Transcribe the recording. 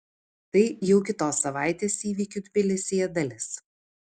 tai jau kitos savaitės įvykių tbilisyje dalis